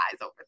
over